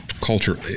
culture